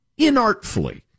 inartfully